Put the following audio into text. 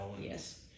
Yes